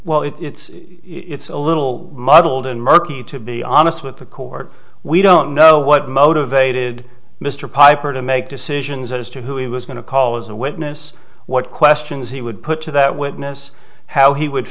well it's it's a little muddled and murky to be honest with the court we don't know what motivated mr piper to make decisions as to who he was going to call as a witness what questions he would put to that witness how he would